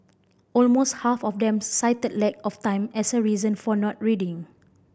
almost half of them cited lack of time as a reason for not reading